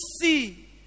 see